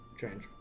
change